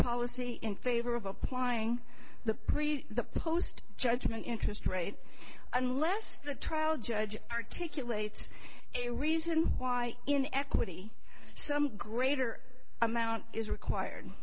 policy in favor of applying the the post judgment interest rate unless the trial judge articulate a reason why in equity some greater amount is required